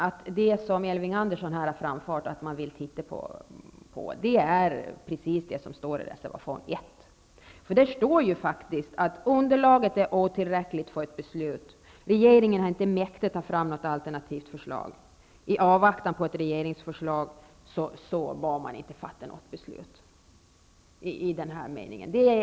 Det som Elving Andersson vill att man skall titta på är precis vad som står i reservation 1, nämligen att underlaget är otillräckligt för ett beslut och att regeringen inte mäktat ta fram något alternativt förslag; i avvaktan på ett regeringsförslag bör något beslut inte fattas.